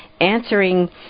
answering